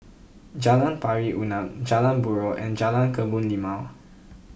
Jalan Pari Unak Jalan Buroh and Jalan Kebun Limau